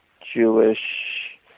Jewish